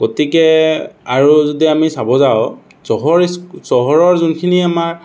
গতিকে আৰু যদি আমি চাব যাওঁ চহৰ চহৰৰ যোনখিনি আমাৰ